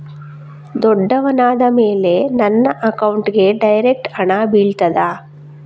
ದೊಡ್ಡವನಾದ ಮೇಲೆ ನನ್ನ ಅಕೌಂಟ್ಗೆ ಡೈರೆಕ್ಟ್ ಹಣ ಬೀಳ್ತದಾ?